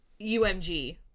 umg